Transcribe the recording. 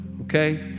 okay